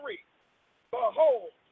Behold